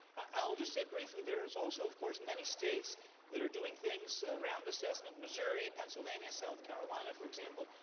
i'll just say briefly there, is also of course many states that are doing things around assessment. missouri, pennsylvania, south carolina, for example,